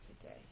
today